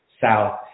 South